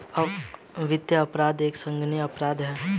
वित्तीय अपराध एक संगीन अपराध है